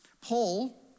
Paul